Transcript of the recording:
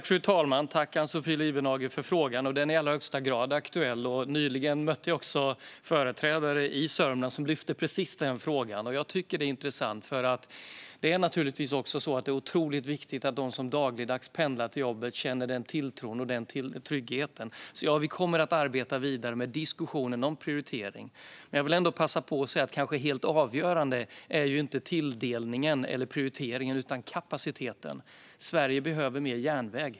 Fru talman! Jag tackar Ann-Sofie Lifvenhage för frågan. Den är i allra högsta grad aktuell. Nyligen mötte jag företrädare för Sörmland som lyfte upp precis den frågan. Den är intressant. Det är otroligt viktigt att de som dagligdags pendlar till jobbet känner tilltro och trygghet. Ja, vi kommer att arbeta vidare med diskussionen om prioritering. Jag vill ändå passa på att säga att kanske helt avgörande är inte tilldelningen eller prioriteringen utan kapaciteten. Sverige behöver mer järnväg.